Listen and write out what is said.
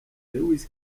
lewis